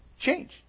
change